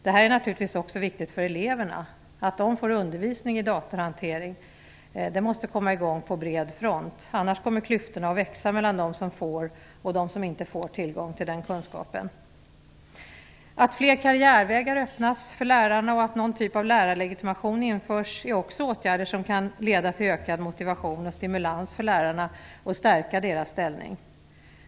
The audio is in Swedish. Det är naturligtvis också viktigt för eleverna att de får undervisning i datahantering. Det måste komma i gång på bred front. Annars kommer klyftorna att växa mellan dem som får och dem som inte får tillgång till den kunskapen. Att fler karriärvägar öppnas för lärarna och att någon typ av lärarlegitimation införs är också åtgärder som kan leda till ökad motivation och stimulans för lärarna och stärka deras ställning.